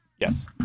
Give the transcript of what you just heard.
Yes